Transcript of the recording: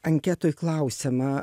anketoj klausiama